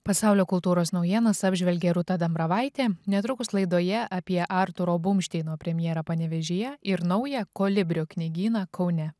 pasaulio kultūros naujienas apžvelgė rūta dambravaitė netrukus laidoje apie arturo bumšteino premjerą panevėžyje ir naują kolibrio knygyną kaune